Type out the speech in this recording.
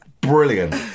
brilliant